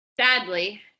sadly